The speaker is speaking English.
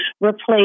replace